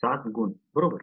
7 गुण बरोबर